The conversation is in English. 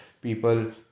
people